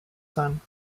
sein